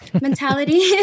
mentality